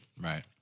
Right